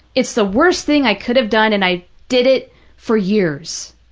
it's the worst thing i could have done, and i did it for years.